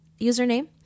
username